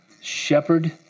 shepherd